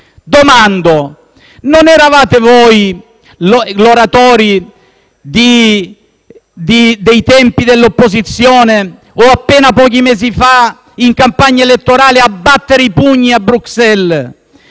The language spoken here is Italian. Domando: non eravate voi gli oratori dei tempi dell'opposizione o, appena pochi mesi fa, in campagna elettorale, coloro che battevano i pugni a Bruxelles?